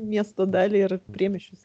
miesto dalį ir priemiesčius